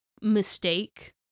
mistake